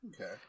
Okay